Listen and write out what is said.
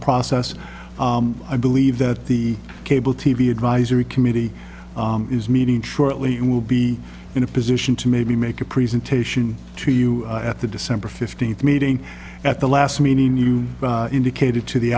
process i believe that the cable t v advisory committee is meeting shortly and will be in a position to maybe make a presentation to you at the december fifteenth meeting at the last meeting you indicated to the